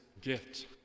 gift